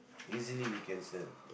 easily you can sell